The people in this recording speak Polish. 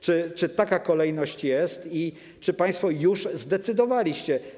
Czy taka kolejność jest i czy państwo już zdecydowaliście?